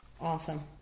Awesome